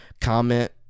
comment